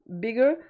bigger